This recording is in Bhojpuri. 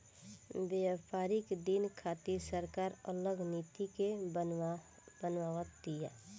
व्यापारिक दिन खातिर सरकार अलग नीति के बनाव तिया